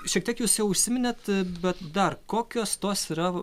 šiek tiek jūs jau užsiminėt bet dar kokios tos yra